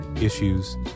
issues